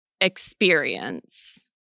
experience